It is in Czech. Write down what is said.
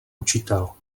učitel